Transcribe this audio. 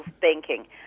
banking